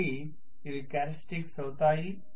కాబట్టి ఇవి క్యారెక్టర్స్టిక్స్ అవుతాయి